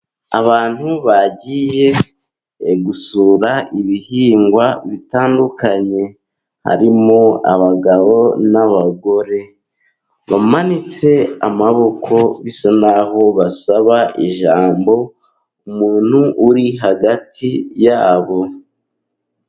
Abantu bagiye gusura ibihingwa bitandukanye, harimo abagabo n'abagore bamanitse amaboko, bisa naho basaba ijambo umuntu uri hagati yabo.